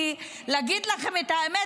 כי להגיד לכם את האמת,